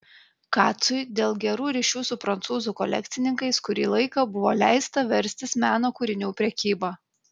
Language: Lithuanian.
kacui dėl gerų ryšių su prancūzų kolekcininkais kurį laiką buvo leista verstis meno kūrinių prekyba